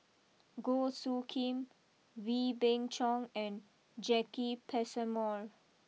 Goh Soo Khim Wee Beng Chong and Jacki Passmore